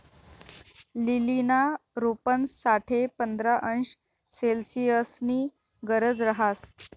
लीलीना रोपंस साठे पंधरा अंश सेल्सिअसनी गरज रहास